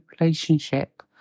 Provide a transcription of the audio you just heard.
relationship